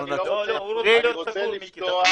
אני רוצה לפתוח.